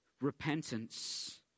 Repentance